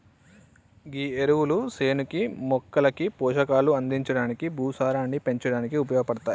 గీ ఎరువులు సేనుకి మొక్కలకి పోషకాలు అందించడానికి, భూసారాన్ని పెంచడానికి ఉపయోగపడతాయి